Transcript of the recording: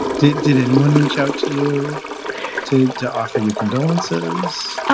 did did anyone reach out to you to to offer you condolences? oh,